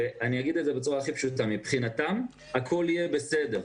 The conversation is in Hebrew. אגיד בצורה הכי פשוטה: מבחינתם הכול יהיה בסדר.